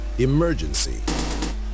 Emergency